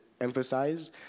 emphasized